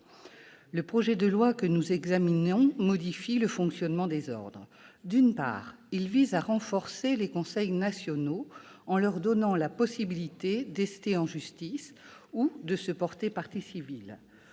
Le projet de loi que nous examinons modifie le fonctionnement des ordres. D'une part, il vise à renforcer les conseils nationaux en leur donnant la possibilité d'ester en justice ou de se porter partie civile.